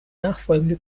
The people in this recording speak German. nachfolgende